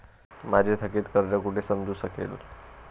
माझे थकीत कर्ज कुठे समजू शकेल?